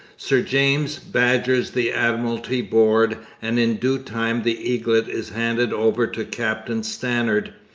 sir james badgers the admiralty board, and in due time the eaglet is handed over to captain stannard,